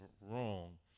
wrong